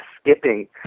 skipping